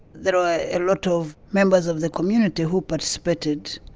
there were a lot of members of the community who participated.